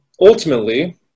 ultimately